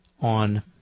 on